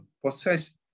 process